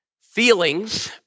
Feelings